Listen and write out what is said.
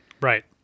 Right